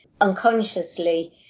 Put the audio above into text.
unconsciously